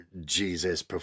Jesus